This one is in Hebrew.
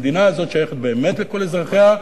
המדינה הזאת שייכת באמת לכל אזרחיה.